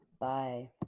Bye